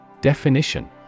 Definition